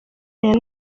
aya